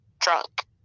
drunk